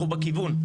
אנחנו בכיוון.